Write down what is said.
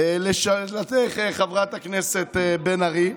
לשאלתך, חברת הכנסת בן ארי,